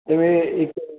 एह् में इक